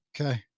Okay